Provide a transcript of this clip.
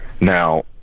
now